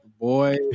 boy